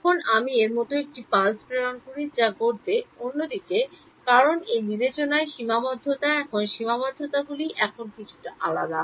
এখন আমি এর মতো একটি pulse প্রেরণ করি যা ঘটবে অন্যদিকে কারণ এই বিবেচনার সীমাবদ্ধতা এখন সীমাবদ্ধতাগুলি এখন কিছুটা আলাদা